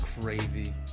crazy